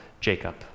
Jacob